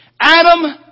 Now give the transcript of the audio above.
Adam